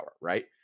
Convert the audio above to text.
right